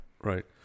Right